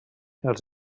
els